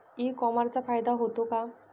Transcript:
E कॉमर्सचा फायदा होतो का?